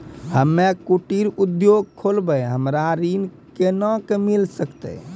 हम्मे कुटीर उद्योग खोलबै हमरा ऋण कोना के मिल सकत?